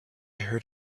heard